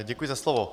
Děkuji za slovo.